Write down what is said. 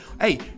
Hey